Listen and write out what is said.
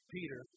Peter